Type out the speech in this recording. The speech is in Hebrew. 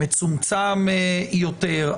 מצומצם יותר,